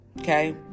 okay